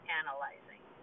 analyzing